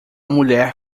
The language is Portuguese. mulher